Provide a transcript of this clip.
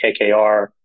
KKR